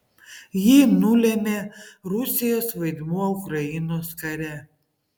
jį nulėmė rusijos vaidmuo ukrainos kare